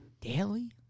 Daily